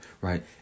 right